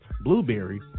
blueberry